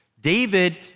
David